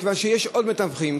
מכיוון שיש עוד מתווכים.